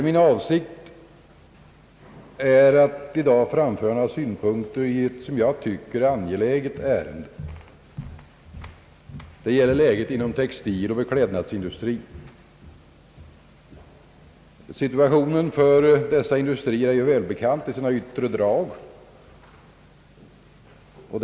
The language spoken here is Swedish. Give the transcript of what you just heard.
Min avsikt är i stället att i dag framföra några synpunkter i ett enligt min mening angeläget ärende — det gäller situationen inom textiloch beklädnadsindustrierna. Läget för dessa industrier är i sina yttre drag välbekant.